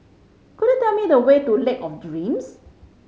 could you tell me the way to Lake of Dreams